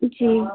जी